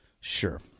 Sure